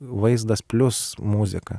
vaizdas plius muzika